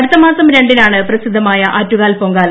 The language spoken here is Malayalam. അടുത്തമാസം രണ്ടിനാണ് പ്രസിദ്ധമായ ആറ്റുകാൽ പൊങ്കാല